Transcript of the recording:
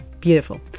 Beautiful